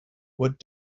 what